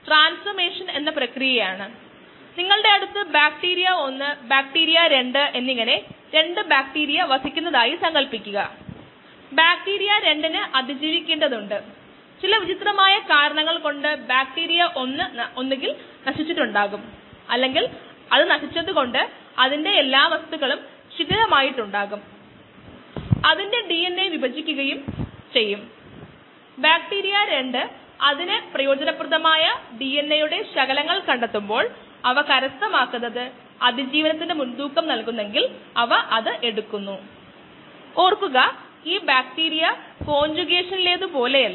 നമുക്ക് ഇവിടെ x S എന്നീ രണ്ട് അളവുകൾ ഉണ്ട് അവ ഡിഫറൻഷ്യൽ സമവാക്യത്തിൽ സമയത്തിനനുസരിച്ച് വ്യത്യാസപ്പെടുന്നു തീർച്ചയായും x അല്ലെങ്കിൽ S രണ്ടും അല്ലാത്ത ഒരു ഡിപെൻഡന്റ് വേരിയബിൾ മാത്രമേ അഭികാമ്യമാകൂ എന്ന് നമുക്കറിയാം അത് ഇവിടെ ബുദ്ധിമുട്ടാണ്